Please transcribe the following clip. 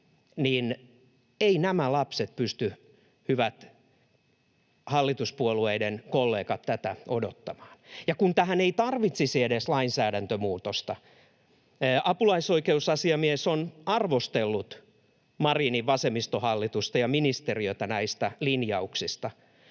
Eivät nämä lapset pysty, hyvät hallituspuolueiden kollegat, tätä odottamaan, ja kun tähän ei edes tarvitsisi lainsäädäntömuutosta. Apulaisoikeusasiamies on arvostellut Marinin vasemmistohallitusta ja ministeriötä näistä linjauksista.